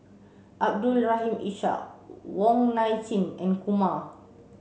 Abdul Rahim Ishak Wong Nai Chin and Kumar